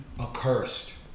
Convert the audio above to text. accursed